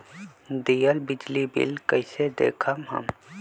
दियल बिजली बिल कइसे देखम हम?